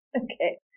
Okay